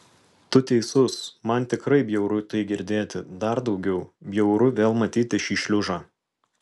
tu teisus man tikrai bjauru tai girdėti dar daugiau bjauru vėl matyti šį šliužą